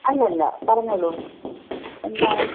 അല്ല അല്ല പറഞ്ഞോളൂ എന്താണ്